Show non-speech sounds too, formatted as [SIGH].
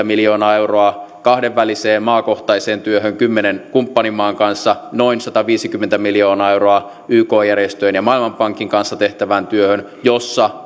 [UNINTELLIGIBLE] miljoonaa euroa kahdenväliseen maakohtaiseen työhön kymmenen kumppanimaan kanssa noin sataviisikymmentä miljoonaa euroa yk järjestöjen ja maailmanpankin kanssa tehtävään työhön jossa [UNINTELLIGIBLE]